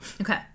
Okay